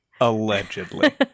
Allegedly